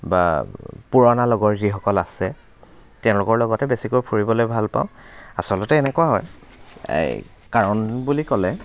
বা পুৰণা লগৰ যিসকল আছে তেওঁলোকৰ লগতে বেছিকৈ ফুৰিবলৈ ভাল পাওঁ আচলতে এনেকুৱা হয় এই কাৰণ বুলি ক'লে